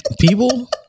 people